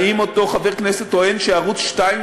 האם אותו חבר כנסת טוען שערוץ 2,